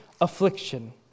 affliction